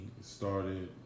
started